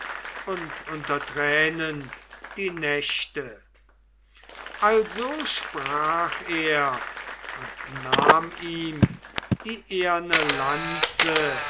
und unter tränen die nächte also sprach er und nahm ihm die eherne lanze